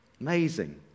Amazing